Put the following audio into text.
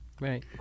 Right